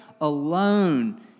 alone